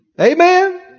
Amen